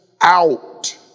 out